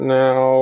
now